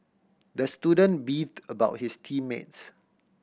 the student beefed about his team mates